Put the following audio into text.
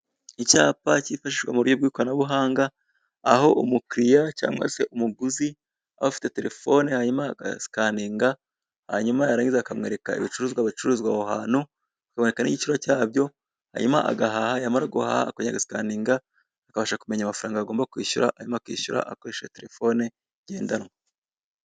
Icyapa kifashisha mu buryo bw'ikoranabuhanga, aho umukiriya cyangwa se umuguzi aba afite terefone hanyuma agasikaninga, hanyuma yarangiza akamwereka ibicuruzwa bicuruzwa aho hantu, akamwereka n'igiciro cyabyo, hanyuma agahaha yamara guhaha akongera agasikaninga akabasha kumenya amafaranga agomba kwishyura, hanyuma akishyura akoresheje telefone ngendanwa.